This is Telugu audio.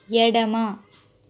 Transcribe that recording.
ఎడమ